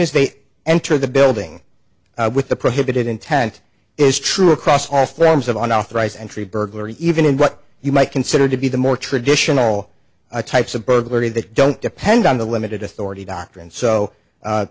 as they enter the building with the prohibited intent is true across off the arms of unauthorized and tree burglary even in what you might consider to be the more traditional types of burglary that don't depend on the limited authority doctrine so